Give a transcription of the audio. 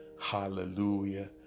Hallelujah